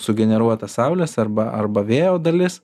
sugeneruota saulės arba arba vėjo dalis